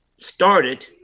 started